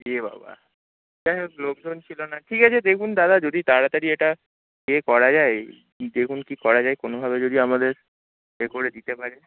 এ বাবা যাই হোক লোকজন ছিলো না ঠিক আছে দেখুন দাদা যদি তাড়াতাড়ি এটা ইয়ে করা যায় দেখুন কী করা যায় কোনোভাবে যদি আমাদের এ করে দিতে পারে